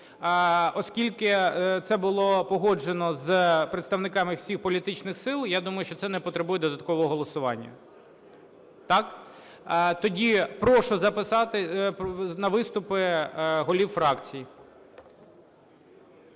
Оскільки це було погоджено з представниками всіх політичних сил, я думаю, що це не потребує додаткового голосування. Так? Тоді прошу записатись на виступи голів фракцій,